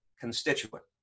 constituent